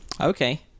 Okay